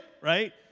right